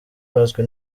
bazwi